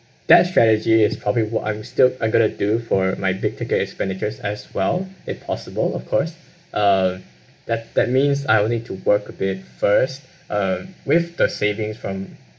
that strategy is probably what I'm still I'm going to do for my big ticket expenditures as well if possible of course uh that that means I will need to work a bit first uh with the savings from